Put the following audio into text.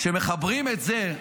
שמחברים את זה,